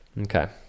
Okay